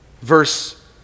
verse